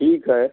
ठीक है